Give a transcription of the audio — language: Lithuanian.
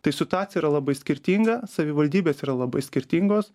tai situacija yra labai skirtinga savivaldybės yra labai skirtingos